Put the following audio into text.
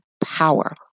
power